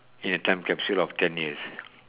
in a time capsule of ten years